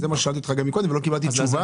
זה גם מה ששאלתי אותך קודם ולא קיבלתי תשובה.